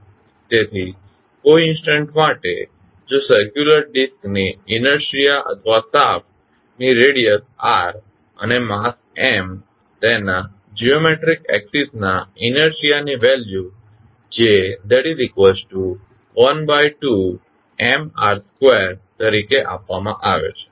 તેથી કોઇ ઇન્સટન્સ માટે જો સરક્યુલર ડિસ્ક ની ઇનેર્શીઆ અથવા શાફ્ટ ની રેડીયસ r અને માસ M તેના જીઓમેટ્રીક એક્ષીસ ના ઇનેર્શીઆની વેલ્યુ J12Mr2 તરીકે આપવામાં આવે છે